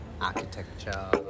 architecture